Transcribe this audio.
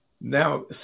now